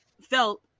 felt